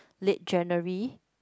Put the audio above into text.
late January